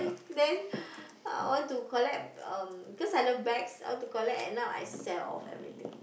then I want to collect um cause I love bags I want to collect and now I sell off everything